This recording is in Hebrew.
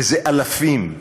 וזה אלפים,